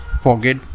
forget